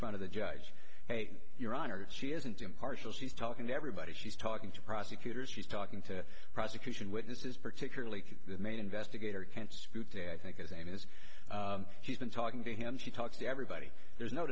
front of the judge your honor she isn't impartial she's talking to everybody she's talking to prosecutors she's talking to prosecution witnesses particularly the main investigator can't dispute a i think is i mean is she's been talking to him she talks to everybody there's no